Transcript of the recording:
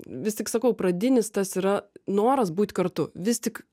vis tik sakau pradinis tas yra noras būt kartu vis tik